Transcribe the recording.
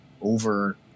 over